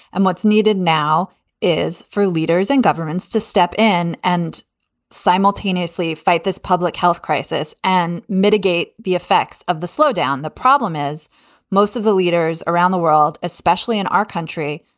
and what's needed now is for leaders and governments to step in and simultaneously fight this public health crisis and mitigate the effects of the slowdown. the problem is most of the leaders around the world, especially in our country,